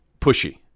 pushy